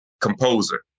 composer